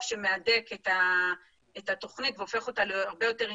שמהדק את התכנית והופך אותה להרבה יותר אינטנסיבית.